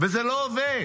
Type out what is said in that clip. וזה לא עובד.